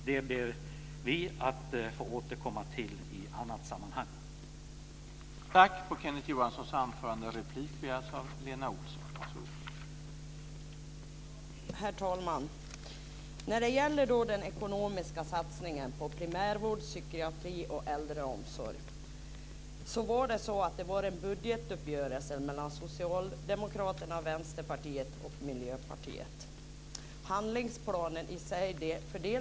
Det ber vi att få återkomma till i annat sammanhang.